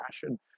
passion